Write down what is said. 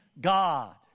God